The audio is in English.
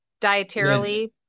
dietarily-